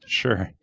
sure